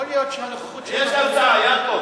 יכול להיות שהנוכחות שלנו, יש לי הצעה, יעקב.